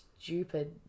stupid